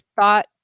thought